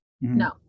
No